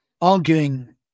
arguing